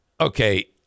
Okay